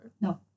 No